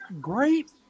great